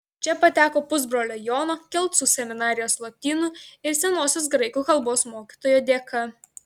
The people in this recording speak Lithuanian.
čia pateko pusbrolio jono kelcų seminarijos lotynų ir senosios graikų kalbos mokytojo dėka